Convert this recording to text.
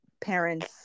parents